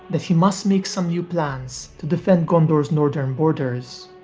that he must make some new plans to defend gondor's northern borders.